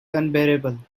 unbearable